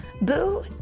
Boo